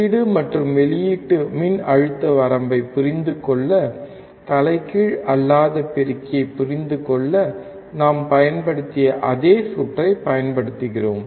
உள்ளீடு மற்றும் வெளியீட்டு மின்னழுத்த வரம்பைப் புரிந்து கொள்ள தலைகீழ் அல்லாத பெருக்கியைப் புரிந்துகொள்ள நாம் பயன்படுத்திய அதே சுற்றைப் பயன்படுத்துகிறோம்